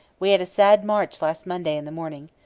we had a sad march last monday in the morning.